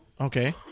Okay